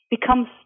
becomes